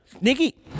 Nikki